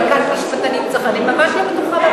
אבל כאן משפטנים צריכים לומר.